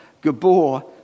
Gabor